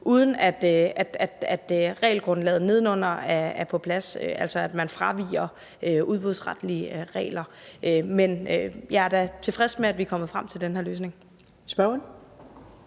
uden at regelgrundlaget nedenunder er på plads, altså at man fraviger udbudsretlige regler. Men jeg er da tilfreds med, at vi er kommet frem til den her løsning.